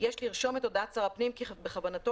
"יש לרשום את הודעת שר הפנים כי בכוונתו